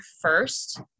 first